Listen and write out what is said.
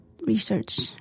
research